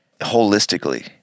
holistically